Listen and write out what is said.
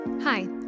Hi